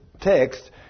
Text